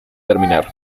terminar